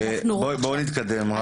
בואי נתקדם רק.